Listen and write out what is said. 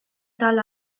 tal